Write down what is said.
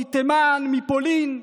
מתימן ומפולין?